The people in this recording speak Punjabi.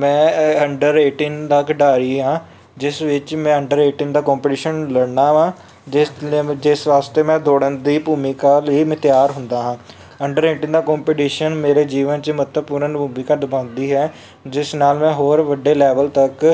ਮੈਂ ਅੰਡਰ ਏਟੀਨ ਦਾ ਖਿਡਾਰੀ ਹਾਂ ਜਿਸ ਵਿੱਚ ਮੈਂ ਅੰਡਰ ਏਟੀਨ ਦਾ ਕੌਂਪੀਟੀਸ਼ਨ ਲੜਨਾ ਵਾ ਜਿਸ ਵ ਜਿਸ ਵਾਸਤੇ ਮੈਂ ਦੌੜਨ ਦੀ ਭੂਮਿਕਾ ਲਈ ਮੈਂ ਤਿਆਰ ਹੁੰਦਾ ਹਾਂ ਅੰਡਰ ਏਟੀਨ ਦਾ ਕੋਂਪੀਟੀਸ਼ਨ ਮੇਰੇ ਜੀਵਨ 'ਚ ਮਹੱਤਵਪੂਰਨ ਭੂਮਿਕਾ ਨਿਭਾਉਂਦੀ ਹੈ ਜਿਸ ਨਾਲ ਮੈਂ ਹੋਰ ਵੱਡੇ ਲੈਵਲ ਤੱਕ